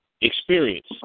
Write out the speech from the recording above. Experience